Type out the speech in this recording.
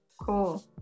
Cool